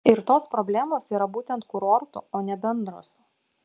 ir tos problemos yra būtent kurortų o ne bendros